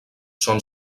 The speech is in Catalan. són